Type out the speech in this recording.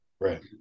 Right